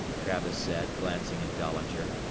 travis said, glancing at dahlinger.